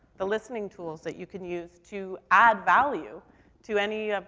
the listening tools that you can use to add value to any,